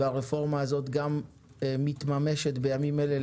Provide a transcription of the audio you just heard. והרפורמה הזאת מתממשת בימים אלה,